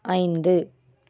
ஐந்து